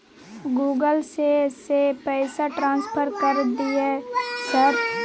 Google से से पैसा ट्रांसफर कर दिय सर?